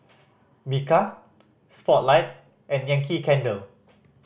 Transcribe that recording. Bika Spotlight and Yankee Candle